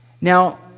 Now